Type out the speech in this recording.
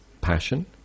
passion